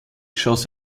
schoss